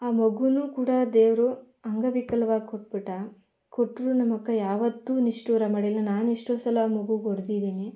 ಆ ಮಗುನೂ ಕೂಡ ದೇವರು ಅಂಗವಿಕಲವಾಗಿ ಕೊಟ್ಬಿಟ್ಟ ಕೊಟ್ಟರು ನಮ್ಮಕ್ಕ ಯಾವತ್ತೂ ನಿಷ್ಠುರ ಮಾಡಿಲ್ಲ ನಾನೆಷ್ಟೋ ಸಲ ಆ ಮಗುಗೆ ಹೊಡೆದಿದ್ದೀನಿ